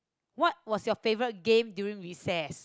what was your favourite game during recess